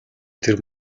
тэр